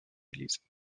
église